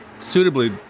suitably